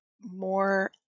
more